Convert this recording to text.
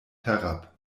herab